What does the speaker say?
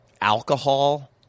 alcohol